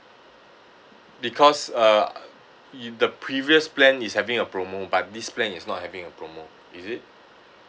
because uh y~ the previous plan is having a promo but this plan is not having a promo is it